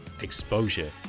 exposure